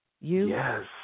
Yes